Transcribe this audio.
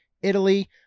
italy